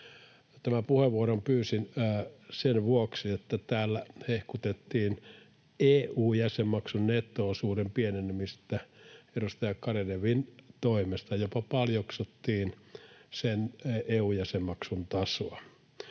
Tämän puheenvuoron pyysin sen vuoksi, että täällä hehkutettiin EU-jäsenmaksun netto-osuuden pienenemistä edustaja Garedewin toimesta, jopa paljoksuttiin sen EU-jäsenmaksun tasoa.